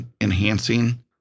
enhancing